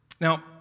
Now